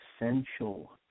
essential